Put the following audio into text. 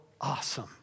awesome